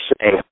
say